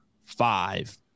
five